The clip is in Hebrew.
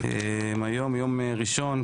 היום יום ראשון,